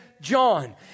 John